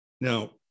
Now